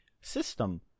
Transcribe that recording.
system